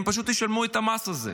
הם פשוט ישלמו את המס הזה.